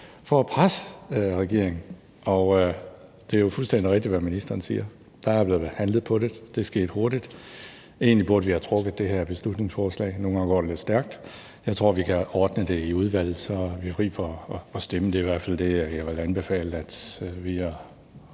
for at presse regeringen. Det er jo fuldstændig rigtigt, hvad ministeren siger. Der er blevet handlet på det. Det er sket hurtigt. Egentlig burde vi have trukket det her beslutningsforslag tilbage, men nogle gange går det lidt stærkt. Jeg tror, vi kan ordne det i udvalget, så vi er fri for at stemme om det. Det er i hvert fald det, jeg vil anbefale at vi og